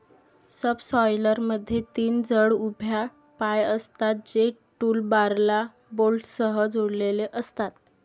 सबसॉयलरमध्ये तीन जड उभ्या पाय असतात, जे टूलबारला बोल्टसह जोडलेले असतात